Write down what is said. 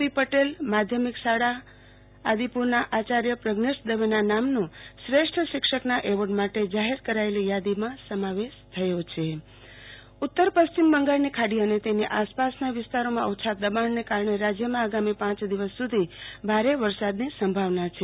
પી પટેલ માધ્યમિક શાળા આદિપુરના આચાર્થ પ્રઝેશ દવેના નામ નો શ્રેષ્ઠ શિક્ષકોની થાદીમાં સમાવેશ કરવામાં આવ્યો છિં આરતી ભદ્દ હવામાન ઉત્તર પશ્ચિમ બંગાળની ખાડી અને તેની આસપાસના વિસ્તારોમાં ઓછા દબાણ ને કારણે રાજ્યમાં આગામી પાંચ દિવસ સુધી ભારે વરસાદની સંભાવના છે